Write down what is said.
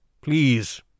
please